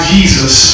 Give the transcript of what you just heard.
Jesus